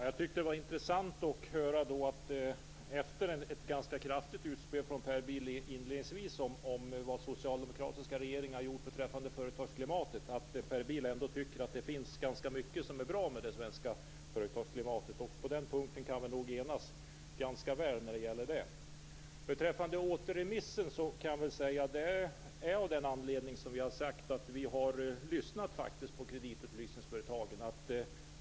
Herr talman! Jag tycker att det var intressant att höra, efter ett ganska kraftigt utspel inledningsvis från Per Bill om vad socialdemokratiska regeringar har gjort beträffande företagsklimatet, att Per Bill ändå tycker att det finns ganska mycket som är bra med det svenska företagsklimatet. På den punkten kan vi nog enas ganska väl. Beträffande återremissyrkandet kan jag säga att det beror på det som jag har sagt, nämligen att vi faktiskt har lyssnat på kreditupplysningsföretagen.